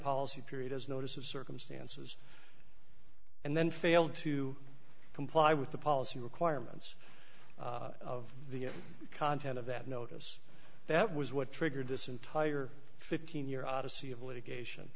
policy period as notice of circumstances and then failed to comply with the policy requirements of the content of that notice that was what triggered this entire fifteen year odyssey of litigation